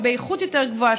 ובאיכות יותר גבוהה,